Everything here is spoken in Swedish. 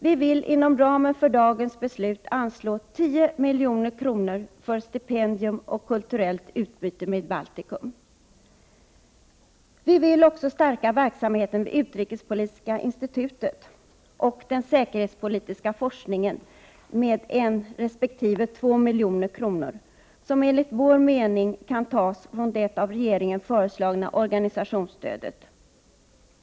Vi vill inom ramen för dagens beslut anslå 10 milj.kr. för stipendier och kulturellt utbyte med Baltikum. Vi vill också stärka verksamheten vid Utrikespolitiska institutet och den säkerhetspolitiska forskningen med 1 resp. 2 milj.kr., som enligt vår mening kan tas från det av regeringen föreslagna organisationsstödet.